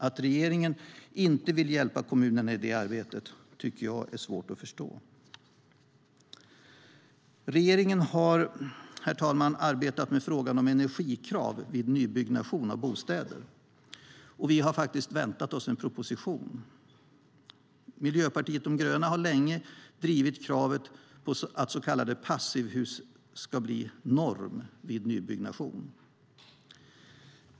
Att regeringen inte vill hjälpa kommunerna i det arbetet tycker jag är svårt att förstå. Herr talman! Regeringen har arbetat med frågan om energikrav vid nybyggnation av bostäder, och vi har faktiskt väntat oss en proposition. Miljöpartiet de gröna har länge drivit kravet på att så kallad passivhusstandard ska bli norm vid nybyggnation.